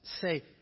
say